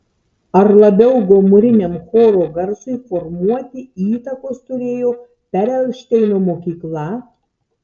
ar labiau gomuriniam choro garsui formuoti įtakos turėjo perelšteino mokykla